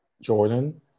Jordan